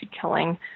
killing